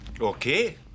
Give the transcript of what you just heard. okay